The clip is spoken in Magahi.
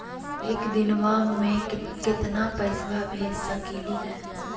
एक दिनवा मे केतना पैसवा भेज सकली हे?